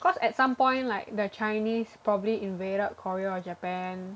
cause at some point like the Chinese probably invaded Korea or Japan